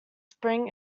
spring